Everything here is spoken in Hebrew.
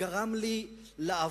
גרם לי לעבור